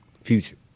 future